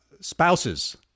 spouses